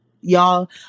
Y'all